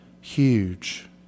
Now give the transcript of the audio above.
huge